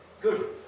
Good